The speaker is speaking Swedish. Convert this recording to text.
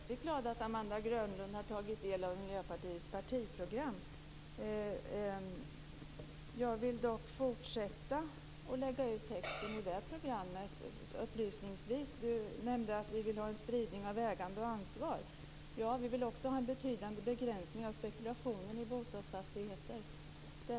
Fru talman! Jag är väldigt glad att Amanda Grönlund har tagit del av Miljöpartiets partiprogram. Jag vill dock upplysningsvis fortsätta att lägga ut texten om det programmet. Du nämnde att vi vill ha en spridning av ägande och ansvar. Ja, och vi vill också ha en betydande begränsning av spekulationen i bostadsfastigheter.